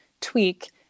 tweak